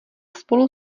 spolu